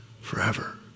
forever